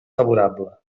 favorable